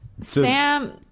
Sam